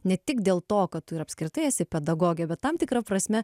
ne tik dėl to kad tu ir apskritai esi pedagogė bet tam tikra prasme